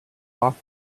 off